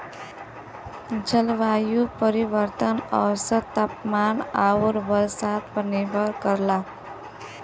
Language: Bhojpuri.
जलवायु परिवर्तन औसत तापमान आउर बरसात पर निर्भर करला